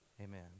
Amen